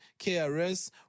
KRS